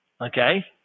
Okay